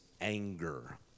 anger